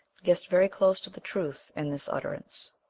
guessed very close to the truth in this utterance.